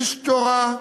איש תורה,